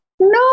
No